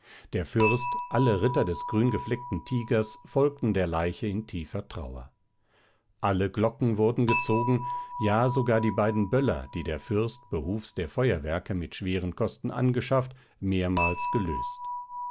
der fürst alle ritter des grüngefleckten tigers folgten der leiche in tiefer trauer alle glocken wurden gezogen ja sogar die beiden böller die der fürst behufs der feuerwerke mit schweren kosten angeschafft mehrmals gelöst